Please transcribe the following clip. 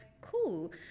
cool